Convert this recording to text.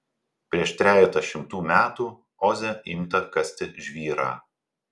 prieš trejetą šimtų metų oze imta kasti žvyrą